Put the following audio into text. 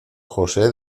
josé